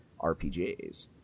RPGs